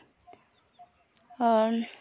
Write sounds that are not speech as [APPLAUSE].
[UNINTELLIGIBLE]